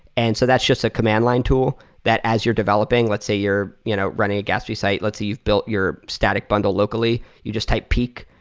and so that's just a command line tool that as you're developing, let's say you're you know running a gatsby site. let's say you've built your static bundle locally. you just type peek,